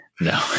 No